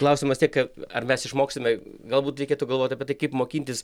klausimas tiek ar mes išmoksime galbūt reikėtų galvot apie tai kaip mokintis